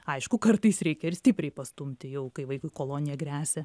aišku kartais reikia ir stipriai pastumti jau kai vaikui kolonija gresia